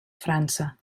frança